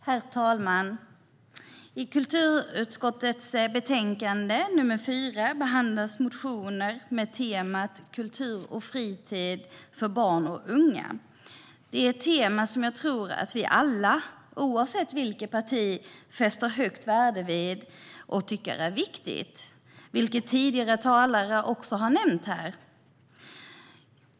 Herr talman? I kulturutskottets betänkande nr 4 behandlas motioner med temat kultur och fritid för barn och unga. Det är ett tema som jag tror att vi alla, oavsett parti, fäster högt värde vid och tycker är viktigt, vilket tidigare talare också har nämnt.